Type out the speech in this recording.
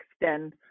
extend